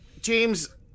James